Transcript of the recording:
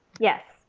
yes.